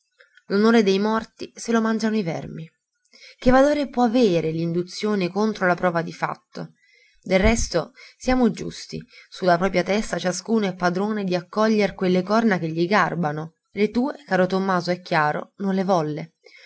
l'onore dei morti se lo mangiano i vermi che valore può avere l'induzione contro la prova di fatto del resto siamo giusti su la propria testa ciascuno è padrone di accoglier quelle corna che gli garbano le tue caro tommaso è chiaro non le volle